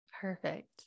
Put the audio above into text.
perfect